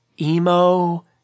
Emo